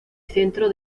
centro